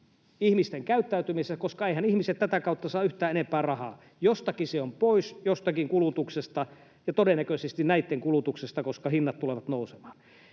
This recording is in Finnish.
ihmisten käyttäytymisessä, koska eiväthän ihmiset tätä kautta saa yhtään enempää rahaa. Jostakin kulutuksesta se on pois, ja todennäköisesti näitten kulutuksesta, koska hinnat tulevat nousemaan.